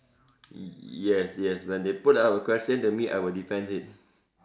yes yes when they put up a question to me I will defend it